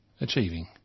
achieving